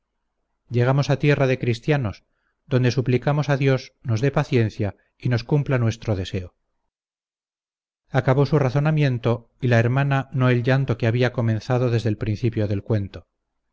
llegamos a tierra de cristianos donde suplicamos a dios nos dé paciencia y nos cumpla nuestro deseo acabó su razonamiento y la hermana no el llanto que había comenzado desde el principio del cuento